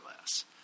less